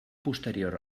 posterior